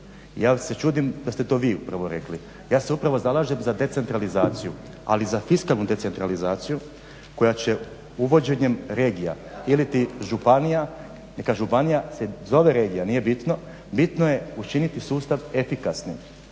Ja se čudim da ste vi to upravo rekli. ja se upravo zalažem za decentralizaciju, ali za fiskalnu decentralizaciju koja će uvođenjem regija ili županija, neka županija se zove regija nije bitno, bitno je učiniti sustav efikasnim.